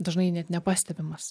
dažnai net nepastebimas